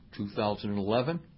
2011